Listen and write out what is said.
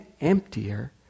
emptier